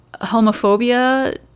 homophobia